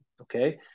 okay